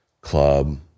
club